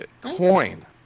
Coin